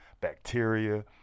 bacteria